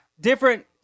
Different